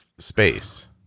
space